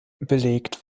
belegt